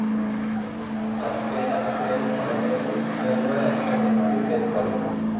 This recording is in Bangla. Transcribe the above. আজকে রাত্রের খাবারের জন্য একটা রেসিপি বের করো